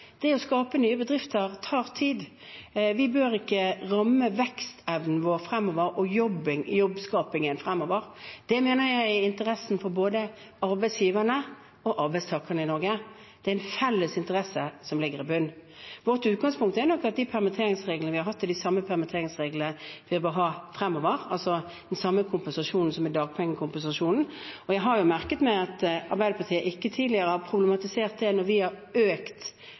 Det å skape nye bedrifter tar tid. Vi bør ikke ramme vekstevnen vår og jobbskapingen fremover. Det mener jeg er av interesse for både arbeidsgiverne og arbeidstakerne i Norge. Det er en felles interesse som ligger i bunnen. Vårt utgangspunkt er nok at de permitteringsreglene vi har hatt, er de samme permitteringsreglene vi bør ha fremover, altså den samme kompensasjonen, som er dagpengekompensasjonen. Jeg har merket meg at Arbeiderpartiet ikke tidligere har problematisert det når vi har økt